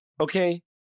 okay